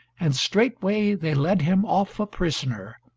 and straightway they led him off a prisoner,